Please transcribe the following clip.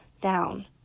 Down